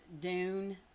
Dune